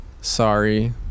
Sorry